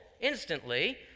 instantly